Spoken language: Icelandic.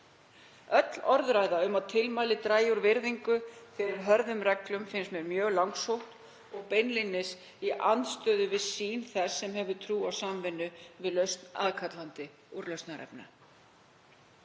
Öll orðræða um að tilmæli dragi úr virðingu fyrir hörðum reglum finnst mér mjög langsótt og beinlínis í andstöðu við sýn þess sem hefur trú á samvinnu við lausn aðkallandi úrlausnarefna.